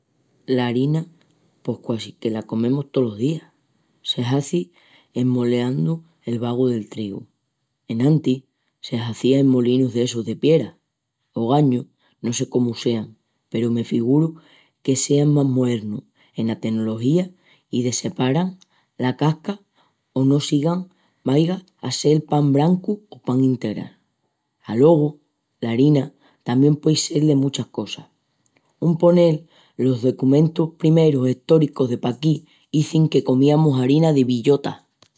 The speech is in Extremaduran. La harina pos quasi que la comemus tolos días. Se hazi en moleandu el bagu del trigu. Enantis se hazía en molinus d'essus de piera. Ogañu no sé comu sean peru me figuru que sean más moernus ena tenología i desseparan la casca o no sigún vaiga a sel pan brancu o pan integral. Alogu, la harina tamién puei sel de muchas cosas. Un ponel, los decumentus primerus estóricus de paquí izin que comiamus harina de billota.